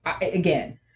again